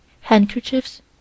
handkerchiefs